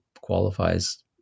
qualifies